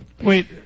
Wait